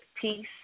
peace